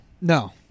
No